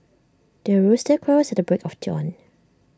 the rooster crows at the break of dawn